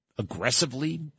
aggressively